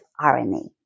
RNA